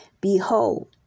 Behold